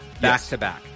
back-to-back